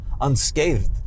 unscathed